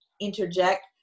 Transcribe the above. interject